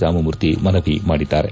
ರಾಮಮೂರ್ತಿ ಮನವಿ ಮಾಡಿದ್ದಾರೆ